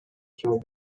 жооп